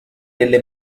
nelle